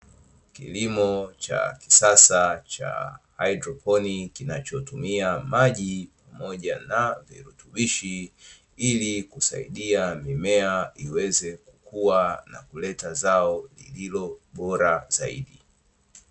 Kilimo cha kisasa cha haidroponi kinachotumia maji pamoja na virutubishi, ili kusaidia mimea iweze kukua na kuleta zao lililobora zaidi.